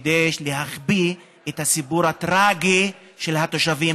כדי להחביא את הסיפור הטרגי של התושבים